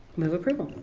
move approval.